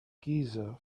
giza